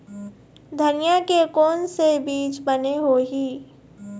धनिया के कोन से बीज बने होही?